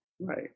Right